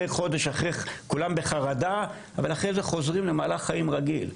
חודש אחרי כולם בחרדה ולכן חוזרים למהלך חיים רגיל.